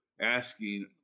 asking